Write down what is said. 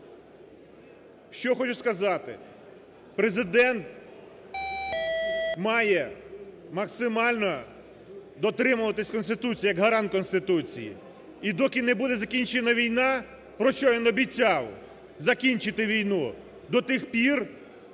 Що хочу сказати? Президент має максимально дотримуватись Конституції як гарант Конституції. І доки не буде закінчена війна, про що він обіцяв, закінчити війну, до тих пір